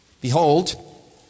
Behold